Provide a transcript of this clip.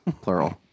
Plural